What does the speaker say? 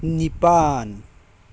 ꯅꯤꯄꯥꯜ